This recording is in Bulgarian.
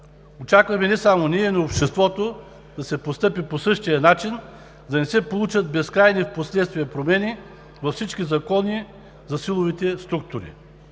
Очакваме не само ние, но и обществото да постъпи по същия начин, за да не се получат безкрайни впоследствие промени във всички закони за силовите структури.